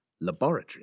Laboratory